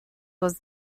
was